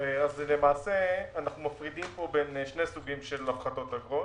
אנחנו מפרידים פה בין שני סוגים של הפחתת אגרות.